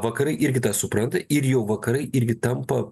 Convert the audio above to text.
vakarai irgi tą supranta ir jau vakarai irgi tampa